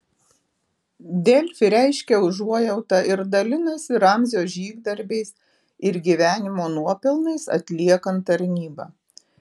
delfi reiškia užuojautą ir dalinasi ramzio žygdarbiais ir gyvenimo nuopelnais atliekant tarnybą